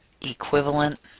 equivalent